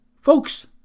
Folks